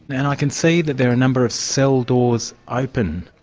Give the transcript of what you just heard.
and i can see that there are a number of cell doors open.